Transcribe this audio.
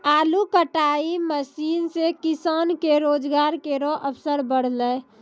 आलू कटाई मसीन सें किसान के रोजगार केरो अवसर बढ़लै